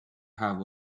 have